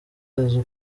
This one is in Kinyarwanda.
azi